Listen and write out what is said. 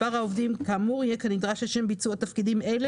מספר העובדים כאמור יהיה כנדרש לשם ביצוע תפקידים אלה